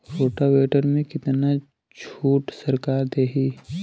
Rotavator में कितना छूट सरकार देही?